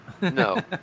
No